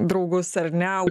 draugus ar ne